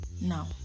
Now